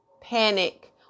panic